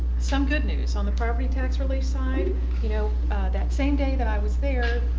some good news, on the property tax relief side you know that same day that i was there